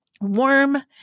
warm